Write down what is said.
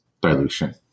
dilution